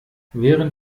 während